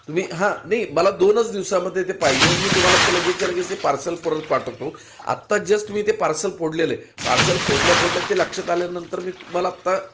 तुम्ही हां नाही मला दोनच दिवसामध्ये ते पाहिजे मी तुम्हाला ते लगेचच्या लगेच ते पार्सल परत पाठवतो आत्ता जस्ट मी ते पार्सल फोडलेलं आहे पार्सल फोडल्या फोडल्या ते लक्षात आल्यानंतर मी तुम्हाला आत्ता